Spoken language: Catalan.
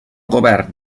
govern